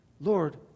Lord